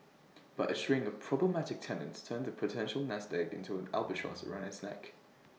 but A string of problematic tenants turned the potential nest egg into an albatross around his neck